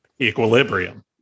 equilibrium